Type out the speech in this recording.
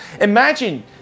Imagine